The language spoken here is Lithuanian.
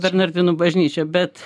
bernardinų bažnyčia bet